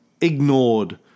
ignored